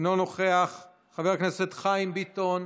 אינו נוכח, חבר הכנסת חיים ביטון,